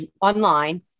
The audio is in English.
online